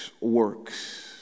works